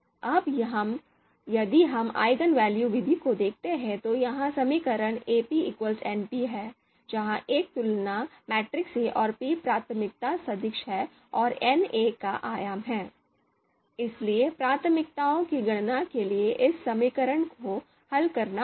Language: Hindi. अब यदि हम eigenvalue विधि को देखते हैं तो यह समीकरण Ap np है जहां A तुलना मैट्रिक्स है और p प्राथमिकता सदिश है और n A का आयाम है इसलिए प्राथमिकताओं की गणना के लिए इस समीकरण को हल करना होगा